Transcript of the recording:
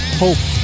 hope